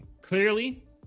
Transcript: Clearly